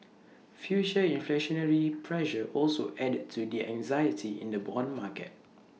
future inflationary pressure also added to the anxiety in the Bond market